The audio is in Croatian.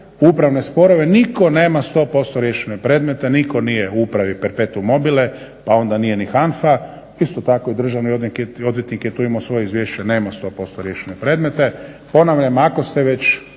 upravne sporove nitko nema 100% riješene predmete, nitko nije u upravi perpetum mobile, pa onda nije ni HANFA. Isto tako i državni odvjetnik je tu imao svoje izvješće, nema 100% riješene predmete. Ponavljam, ako ste već